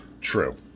True